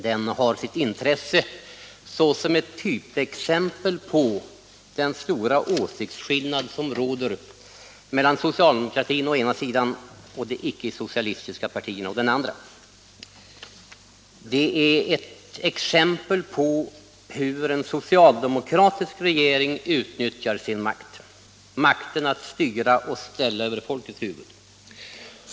Den har sitt intresse som ett typexempel på den stora åsiktsskillnad som råder mellan socialdemokratin å ena sidan och de icke-socialistiska partierna å den andra. Detta är ett exempel på hur en socialdemokratisk regering utnyttjar sin makt att styra och ställa över folkets huvud.